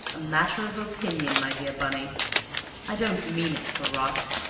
a matter of opinion, my dear bunny i don't mean it for rot.